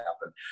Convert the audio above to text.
happen